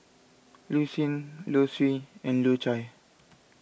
Lucien Lucien and Low Chye